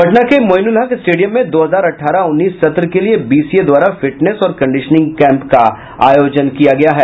पटना के मोइनुलहक स्टेडियम में दो हजार अठारह उन्नीस सत्र के लिए बीसीए द्वारा फिटनेस और कंडिशनिंग कैम्प का आयोजन किया गया है